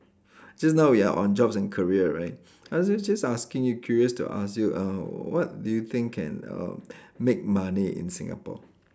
just now we are on jobs and career right I just just asking you curious to ask you uh what do you think can uh make money in Singapore